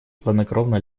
хладнокровно